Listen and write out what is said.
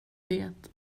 det